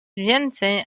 więcej